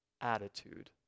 attitude